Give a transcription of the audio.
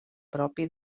propi